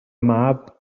mab